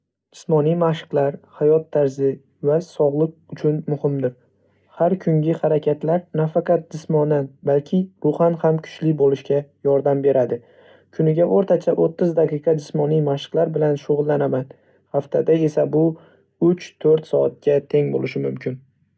Jismoniy mashqlar hayot tarzi va sog‘liq uchun muhimdir. Har kungi harakatlar nafaqat jismonan balki ruhan ham kuchli bo‘lishga yordam beradi. Kuniga o‘rtacha o'ttiz daqiqa jismoniy mashqlar bilan shug‘ullanaman, haftada esa bu uch-to'rt soatga teng bo‘lishi mumkin.